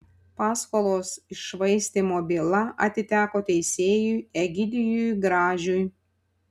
paskolos iššvaistymo byla atiteko teisėjui egidijui gražiui